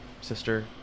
sister